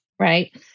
right